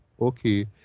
okay